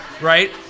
right